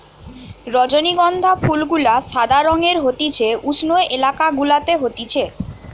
রজনীগন্ধা ফুল গুলা সাদা রঙের হতিছে উষ্ণ এলাকা গুলাতে হতিছে